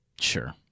Sure